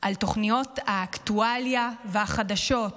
על תוכניות האקטואליה והחדשות,